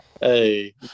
hey